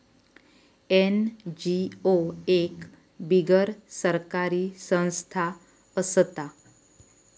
NGO एक बिगर सरकारी संस्था असता